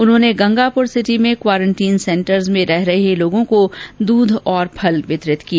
उन्होंने गंगापुर सिटी में quarantine centre में रह रहे लोगों को दूध और फल वितरित किए